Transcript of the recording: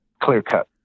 clear-cut